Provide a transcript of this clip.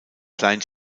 klein